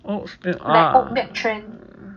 oat's milk ah